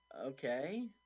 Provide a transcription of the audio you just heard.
Okay